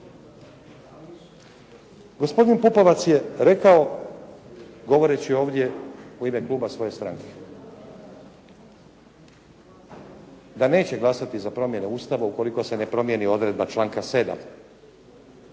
Gospodin Pupovac je rekao govoreći ovdje u ime kluba svoje stranke da neće glasati za promjene Ustava ukoliko se ne promijeni odredba članka 7.